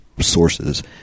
sources